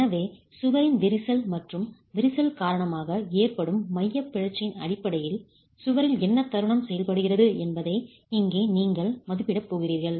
எனவே சுவரின் விரிசல் மற்றும் விரிசல் காரணமாக ஏற்படும் மையப் பிறழ்ச்சியின் அடிப்படையில் சுவரில் என்ன தருணம் செயல்படுகிறது என்பதை இங்கே நீங்கள் மதிப்பிடப் போகிறீர்கள்